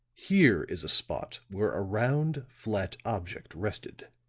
here is a spot where a round, flat object rested.